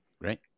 right